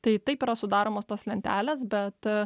tai taip yra sudaromos tos lentelės bet